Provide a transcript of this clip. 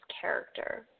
character